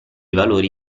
valori